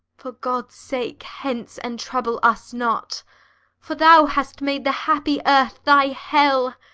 for god's sake, hence and trouble us not for thou hast made the happy earth thy hell,